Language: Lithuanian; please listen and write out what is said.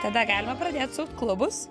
tada galima pradėt sukt klubus